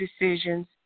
decisions